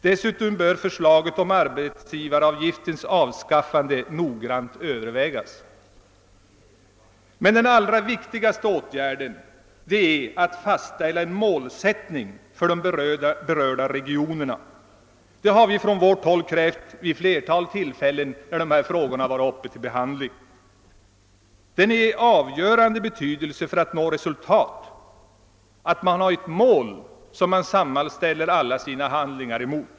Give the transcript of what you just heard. Dessutom bör förslaget om arbetsgivaravgiftens avskaffande noggrant övervägas. Men den allra viktigaste åtgärden är att fastställa ett mål för de berörda regionerna, vilket vi från vårt håll krävt vid flera tillfällen när dessa frågor varit uppe till be handling. Det är av avgörande betydelse för att nå resultat att ha ett mål att rikta alla sina handlingar emot.